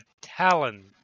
Talon